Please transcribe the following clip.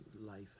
life